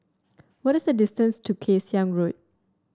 what is the distance to Kay Siang Road